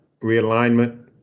realignment